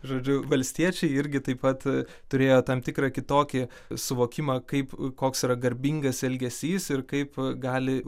žodžiu valstiečiai irgi taip pat turėjo tam tikrą kitokį suvokimą kaip koks yra garbingas elgesys ir kaip gali